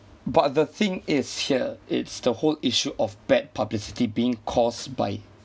but the thing is here it's the whole issue of bad publicity being caused by